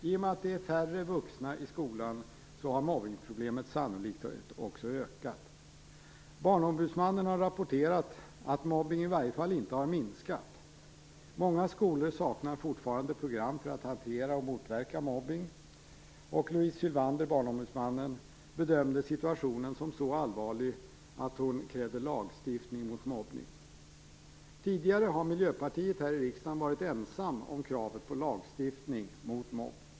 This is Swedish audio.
I och med att det är färre vuxna i skolan har mobbningsproblemet ökat. Barnombudsmannen har rapporterat att mobbning i varje fall inte har minskat. Många skolor saknar fortfarande program för att hantera och motverka mobbning. Louise Sylwander, barnombudsmannen, bedömde situationen som så allvarlig att hon krävde lagstiftning mot mobbning. Tidigare har Miljöpartiet här i riksdagen varit ensamt om kravet på lagstiftning mot mobbning.